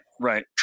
right